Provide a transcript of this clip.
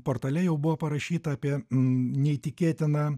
portale jau buvo parašyta apie neįtikėtiną